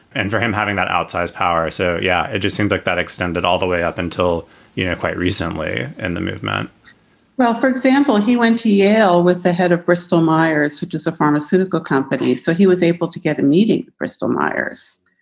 and for him having that outsized power. so, yeah, it just seems like that extended all the way up until you know quite recently in the movement well, for example, he went to yale with the head of bristol-myers, which is a pharmaceutical company. so he was able to get the meeting, bristol myers,